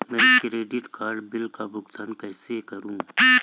मैं credit card bill का भुगतान कैसे करूं?